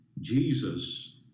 Jesus